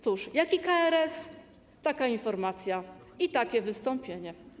Cóż, jaki KRS, taka informacja i takie wystąpienie.